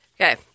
Okay